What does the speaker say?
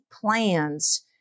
plans